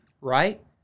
Right